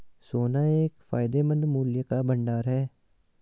सोना एक फायदेमंद मूल्य का भंडार है